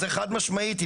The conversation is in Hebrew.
זה חד משמעית,